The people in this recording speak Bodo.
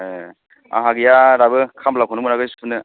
ए आंहा गैया दाबो खामलाखौनो मोनाखै सुनो